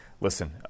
Listen